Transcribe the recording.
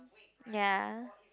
ya